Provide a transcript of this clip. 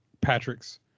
Patrick's